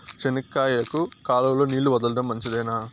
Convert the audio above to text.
చెనక్కాయకు కాలువలో నీళ్లు వదలడం మంచిదేనా?